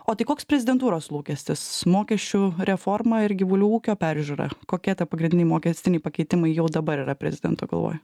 o tai koks prezidentūros lūkestis mokesčių reforma ir gyvulių ūkio peržiūra kokie pagrindiniai mokestiniai pakeitimai jau dabar yra prezidento galvoj